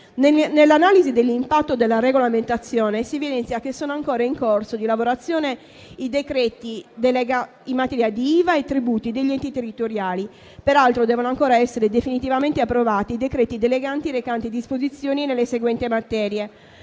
Nell'analisi dell'impatto della regolamentazione si evidenzia che sono ancora in corso di lavorazione i decreti delega in materia di IVA e tributi degli enti territoriali. Peraltro, devono ancora essere definitivamente approvati i decreti delegati recanti disposizioni nelle seguenti materie: